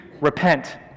repent